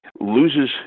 loses